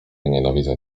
nienawidzę